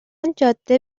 جاده